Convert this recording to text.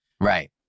Right